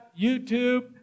YouTube